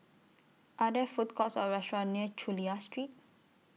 Are There Food Courts Or restaurants near Chulia Street